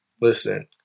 Listen